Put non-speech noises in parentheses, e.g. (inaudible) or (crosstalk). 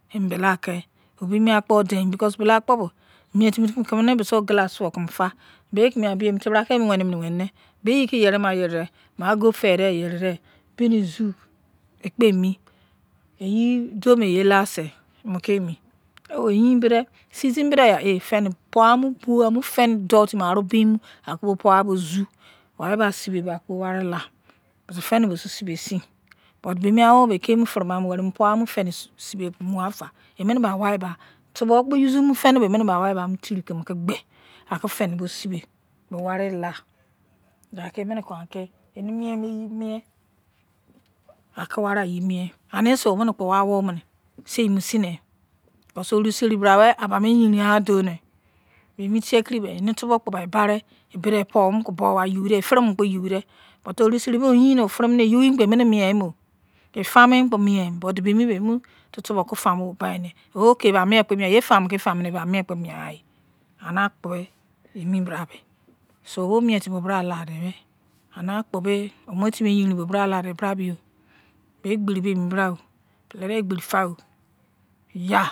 Embeleaki obeil mu akpo deon mi (unintelligible) miaki besiyi bei tamo kimifo bolu akpo so bekomegha bemi febrobi emo wenin mi gho weni nli beiyei yeri nua o yeride beni sio kpe emi yidiomu yilasei niokonemi yein bodei seitimi bodei ya e pou-aaw, buramu feni doutimaei bodei kon akubo par awzu waribo seibe bo aki wari lai besin feini bosei sei basin (unintelligible) beini awo bo ekimu forumi aki pou amu weri feini bo sibee kpo migha mufa waibai tubo kpo use mu feini, bo waibai finikemi kei gbe bo seibe waila (unintelligible) kon aki enimieni yimie akwari-ayimie anise owuano mini seimosino besi crusetimi bramie ba mu eyerin gha don ni bemi tiekeri enitokpo bai nw fura nw eni bedei ekein mu pon-agha. Efuremu kpo yor dei but. Oruserimie oyein otubo ofura efamugbo emini miemo but bemibe em famu kpo bainei eba mickpo mie-gha yei famu ki famu nu bei eba mugha yei, anei akpobe bei mi emi brabe so obei mietimi mubra laidehe eniye me mu timi yerin timi bo laidebra mi o bei egbeni bei emi bra pelei-egben fa. (unintelligible)